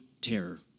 terror